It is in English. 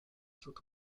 through